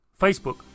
Facebook